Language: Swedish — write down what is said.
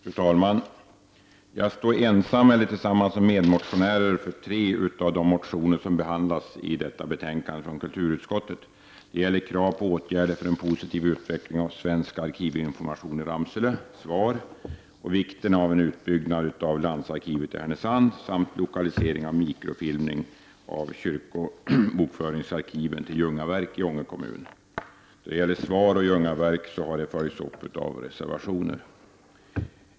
Fru talman! Jag står ensam eller tillsammans med medmotionärer bakom tre av de motioner som behandlas i detta betänkande från kulturutskottet. Det gäller krav på åtgärder för en positiv utveckling av svensk arkivinformation, SVAR, i Ramsele, och vikten av en utbyggnad av landsarkivet i Härnösand samt lokalisering av mikrofilmning av kyrkobokföringsarkiven till Ljungaverk i Ånge kommun. Dessa krav har följts upp i reservationer.